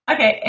Okay